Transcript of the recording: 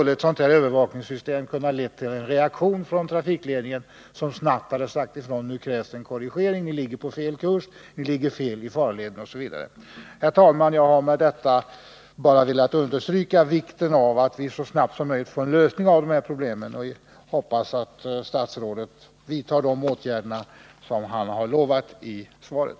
Ett sådant här övervakningssystem skulle då ha lett till en reaktion från trafikledningen, som snabbt hade sagt ifrån: Nu krävs en korrigering. Ni ligger på fel kurs osv. Herr talman! Jag har med detta bara velat understryka vikten av att vi så snart som möjligt får en lösning på dessa problem, och jag hoppas att statsrådet vidtar de åtgärder som han i svaret har utlovat.